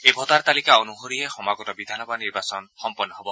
এই ভোটাৰ তালিকা অনুসৰিয়েই সমাগত বিধানসভা নিৰ্বাচন সম্পন্ন হ'ব